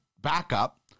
backup